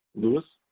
lewis,